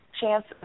chance